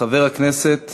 חבר הכנסת